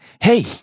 hey